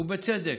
ובצדק,